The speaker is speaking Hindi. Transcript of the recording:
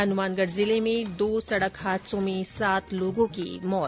हनुमानगढ़ जिले में दो सड़क हादसों में सात लोगों की मौत